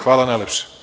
Hvala najlepše.